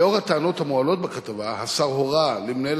לנוכח הטענות המועלות בכתבה הורה השר למנהל